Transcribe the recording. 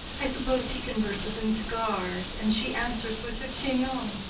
i suppose he converses in cigars, and she answers with her chignon.